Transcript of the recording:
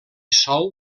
sòl